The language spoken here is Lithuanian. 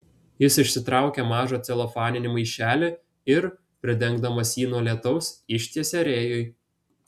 jis išsitraukė mažą celofaninį maišelį ir pridengdamas jį nuo lietaus ištiesė rėjui